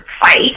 fight